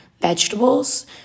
vegetables